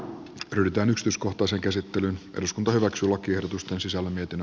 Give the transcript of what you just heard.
rytönystyskohtaiseen käsittelyyn eduskunta hyväksyy lakiehdotusten sisällön etten